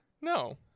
No